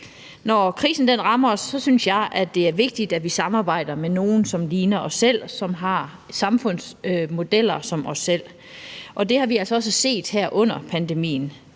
Når krisen rammer os, synes jeg, det er vigtigt, at vi samarbejder med nogen, som ligner os selv, og som har samfundsmodeller, der ligner vores, og det har vi altså også set her under pandemien.